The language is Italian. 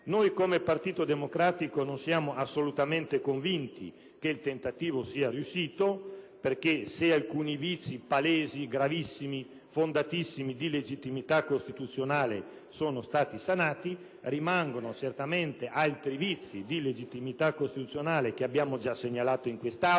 del Partito Democratico, non siamo assolutamente convinti che il tentativo sia riuscito perché, se alcuni vizi palesi, gravissimi e fondatissimi di legittimità costituzionale sono stati sanati, rimangono certamente altri vizi di legittimità costituzionale, che abbiamo già segnalato in quest'Aula